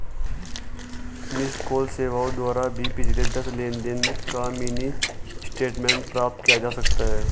miss call सेवाओं द्वारा भी पिछले दस लेनदेन का मिनी स्टेटमेंट प्राप्त किया जा सकता है